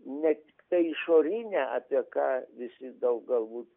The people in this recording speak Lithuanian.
ne tiktai išorinę apie ką visi daug galbūt